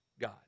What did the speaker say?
God